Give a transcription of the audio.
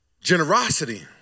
Generosity